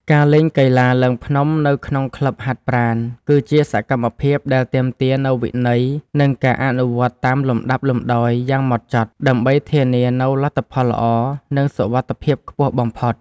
ការលេងកីឡាឡើងភ្នំនៅក្នុងក្លឹបហាត់ប្រាណ គឺជាសកម្មភាពដែលទាមទារនូវវិន័យ និងការអនុវត្តតាមលំដាប់លំដោយយ៉ាងម៉ត់ចត់ ដើម្បីធានានូវលទ្ធផលល្អ និងសុវត្ថិភាពខ្ពស់បំផុត។